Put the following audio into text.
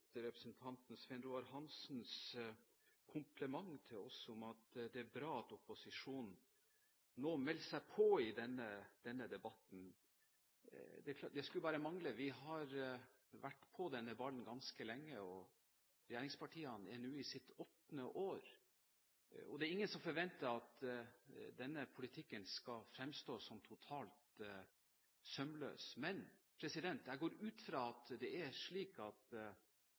denne debatten. Det skulle bare mangle. Vi har vært på denne ballen ganske lenge, og regjeringspartiene er nå i sitt åttende år. Det er ingen som forventer at denne politikken skal fremstå som totalt sømløs, men jeg går ut ifra at også Arbeiderpartiet mottar den samme informasjonen som alle oss andre, fra dem som er